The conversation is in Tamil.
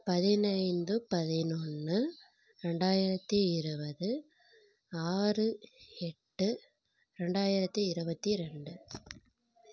பதினைந்து பதினொன்று ரெண்டாயிரத்தி இருபது ஆறு எட்டு ரெண்டாயிரத்தி இருபத்தி ரெண்டு